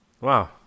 wow